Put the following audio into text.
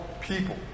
people